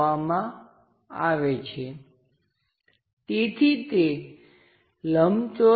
દર્શાવવાં માટે બોક્સ પદ્ધતિનો ઉપયોગ કરી બોક્સમાં આ સામેનો દેખાવ આ ઉપરનો દેખાવ અને આ બાજુનો દેખાવ છે